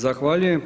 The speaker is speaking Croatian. Zahvaljujem.